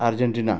Argentina